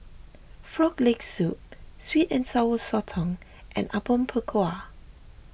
Frog Leg Soup Sweet and Sour Sotong and Apom Berkuah